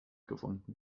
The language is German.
gefunden